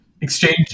exchange